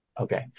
Okay